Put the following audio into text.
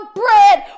bread